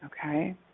okay